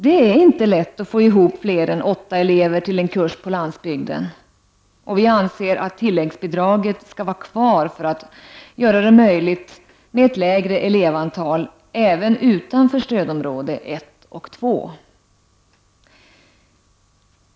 Det är inte lätt att få ihop fler än åtta elever till en kurs på landsbygden, och vi anser att tilläggsbidraget skall vara kvar för att göra det möjligt med ett lägre elevantal även utanför stödområde 1 och 2.